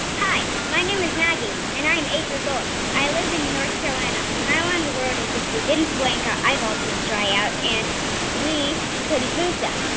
hi, my name is maggie, and i i am eight years old. i live in north carolina. my wow in the world is, if we didn't blink, our eyeballs would dry out and we couldn't move them.